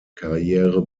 karriere